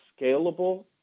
scalable